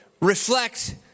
reflect